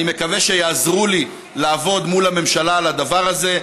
אני מקווה שיעזרו לי לעבוד מול הממשלה על הדבר הזה.